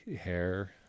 hair